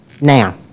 now